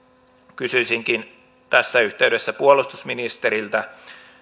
kysyisinkin tässä yhteydessä puolustusministeriltä